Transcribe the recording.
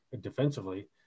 defensively